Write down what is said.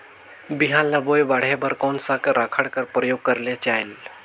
बिहान ल बोये बाढे बर कोन सा राखड कर प्रयोग करले जायेल?